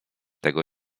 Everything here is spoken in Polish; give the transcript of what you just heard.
tego